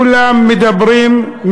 כולם מדברים,